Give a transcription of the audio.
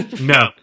No